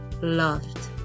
loved